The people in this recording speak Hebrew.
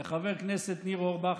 לחבר הכנסת ניר אורבך.